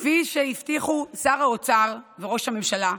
כפי שהבטיחו שר האוצר וראש הממשלה,